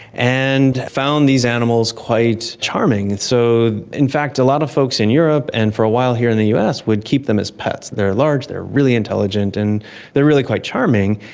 and found these animals quite charming. so in fact a lot of folks in europe and for a while here in the us would keep them as pets. they are large, they are really intelligent and they are really quite charming.